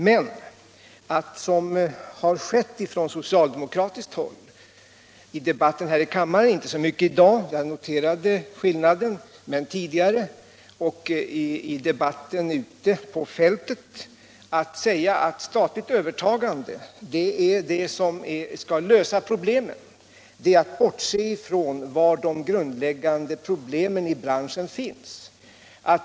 Men att, som hävdats från socialdemokratiskt håll i debatten, ett statligt övertagande skall lösa problemen, är att bortse från var de grundläggande problemen i branschen finns.